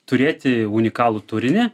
turėti unikalų turinį